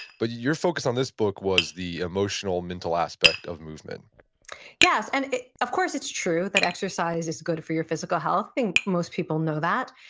but your focus on this book was the emotional mental aspect of movement yes, and of course it's true that exercise is good for your physical health i think most people know that.